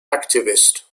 activist